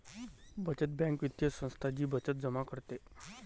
बचत बँक वित्तीय संस्था जी बचत जमा करते